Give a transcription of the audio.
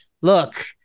look